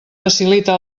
facilita